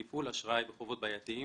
טיפול אשראי בחובות בעייתיים,